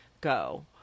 go